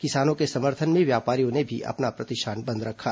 किसानों के समर्थन में व्यापारियों ने भी अपना प्रतिष्ठान बंद रखा